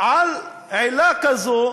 עילה כזו,